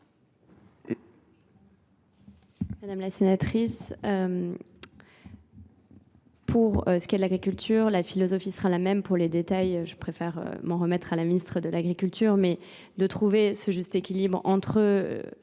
Madame la Sénatrice, pour ce qui est de l'agriculture, la philosophie sera la même. Pour les détails, je préfère m'en remettre à la ministre de l'Agriculture. Mais de trouver ce juste équilibre entre